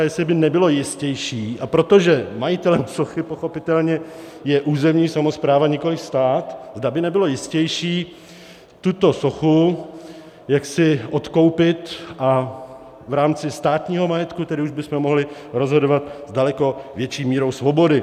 Jestli by nebylo jistější, a protože majitelem sochy pochopitelně je územní samospráva, nikoliv stát, zda by nebylo jistější tuto sochu jaksi odkoupit a v rámci státního majetku tedy už bychom mohli rozhodovat s daleko větší mírou svobody.